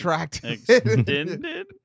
Extended